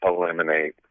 eliminate